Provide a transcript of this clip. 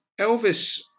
Elvis